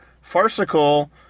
farcical